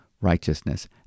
righteousness